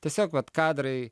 tiesiog vat kadrai